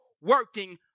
working